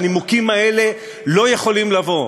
הנימוקים האלה לא יכולים לבוא,